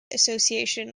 association